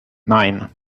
nine